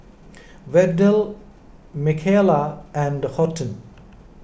Verdell Michaela and Horton